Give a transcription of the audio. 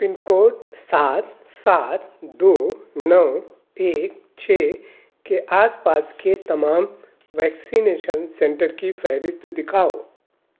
پن code سات سات دو نو ایک چھ کے آس پاس کے تمام ویکسینیشن سینٹر کی فہرست دکھاؤ